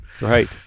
Right